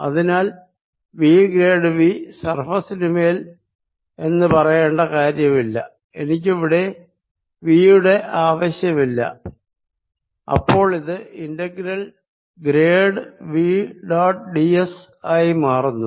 അതിനാൽ V grad V സർഫേസിനു മേൽ എന്ന് പറയേണ്ട കാര്യമില്ല എനിക്കിവിടെ V യുടെ ആവശ്യമില്ല അപ്പോളിത് integral grad V dot d s ആയി മാറുന്നു